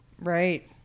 Right